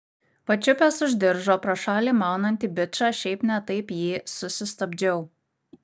pačiupęs už diržo pro šalį maunantį bičą šiaip ne taip jį susistabdžiau